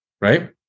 right